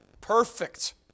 perfect